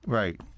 right